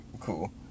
cool